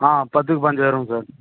ஆ பத்துக்கு பதினஞ்சு வருங்க சார்